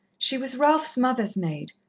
she was ralph's mother's maid,